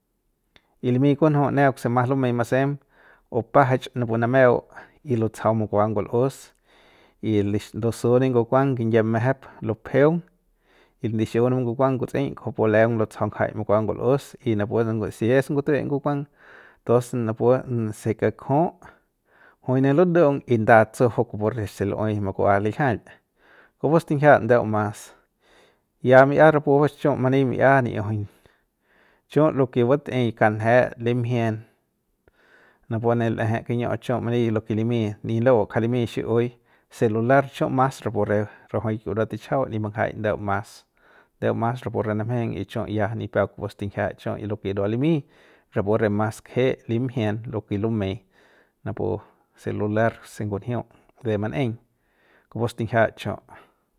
Limi kun'ju neuk se mas lumei masem bupajach napu nameu y lutsajau makua ngul'us y li lusu ne ngukuang kinyie mejep lupejeung ndixiu napu ngukuang kutsꞌeiñ kujupu luleung lutsajau ngajaik mukua ngul'us y napu de si es ngutue ngukuang tos napu se kakju'u juine ludu'ung y nda tsuju'u kupuse re se lu'uey makua liljial kupu stinjia ndeu mas y ya mi'ia rapu chiu mani mi'ia ni'iujuñ chiu lo ke vatei kanjet limjien napu ne l'eje kiñiu chiu mani lo ke limi nilau kja limi xi'iui celular chiu mas rapu re rajuik burua tichajau nip mbanjaik ndeu mas ndeu mas rapu re namjeng y chiu ya nipep kupu stinjia chiu lo ke ndua limi rapu re mas kje limjien lo ke lumei napu celular se ngunjiu de man'eiñ kupu stinjia chiu.